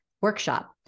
workshop